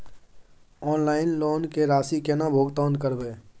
Online loan के राशि केना भुगतान करबे?